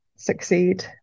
succeed